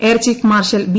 air chief marshal B